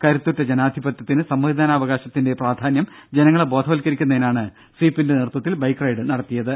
കരുത്തുറ്റ ജനാധിപത്യത്തിന് സമ്മതിദാനാവകാശ ത്തിന്റെ പ്രാധാന്യം ജനങ്ങളെ ബോധവത്കരിക്കുന്നതിനാണ് സ്വീപിന്റെ നേത്വത്വത്തിൽ ബൈക്ക് റൈഡ് നടത്തിയത്